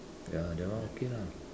ya that one okay lah